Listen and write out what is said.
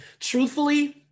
Truthfully